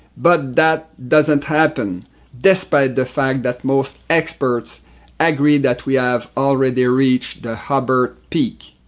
but that doesn't happen despite the fact that most experts agree that we have already reached the hubbert peak.